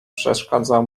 przeszkadzał